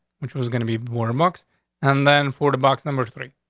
which was gonna be warbucks and then for the box number three,